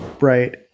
right